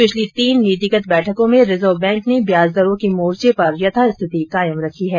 पिछली तीन नीतिंगत बैठकों में रिजर्व बैंक ने ब्याज दरो के मोर्चे पर यथास्थिति कायम रखी है